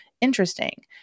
Interesting